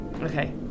okay